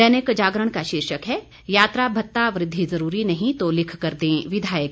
दैनिक जागरण का शीर्षक है यात्रा भत्ता वृद्धि जरूरी नहीं तो लिखकर दें विधायक